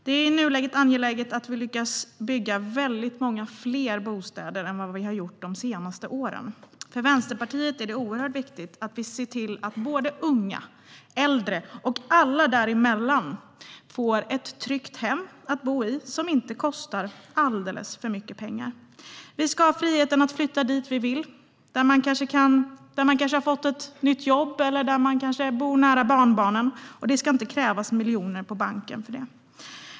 Det är i nuläget angeläget att vi lyckas bygga väldigt många fler bostäder än vad vi har gjort under de senaste åren. För Vänsterpartiet är det oerhört viktigt att vi ser till att unga, äldre och alla däremellan får ett tryggt hem att bo i som inte kostar alldeles för mycket pengar. Man ska ha friheten att flytta dit man vill, där man kanske har fått ett nytt jobb eller där man kanske bor nära barnbarnen. Och det ska inte krävas miljoner på banken för detta.